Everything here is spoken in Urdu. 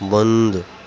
بند